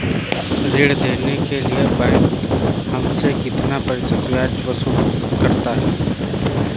ऋण देने के लिए बैंक हमसे कितना प्रतिशत ब्याज वसूल करता है?